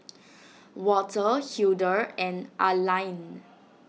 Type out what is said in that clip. Walter Hildur and Arline